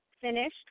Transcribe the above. finished